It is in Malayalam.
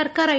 സർക്കാർ ഐ